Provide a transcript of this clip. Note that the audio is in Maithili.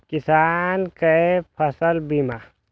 किसान कै फसल बीमा?